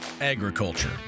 Agriculture